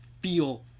feel